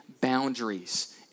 boundaries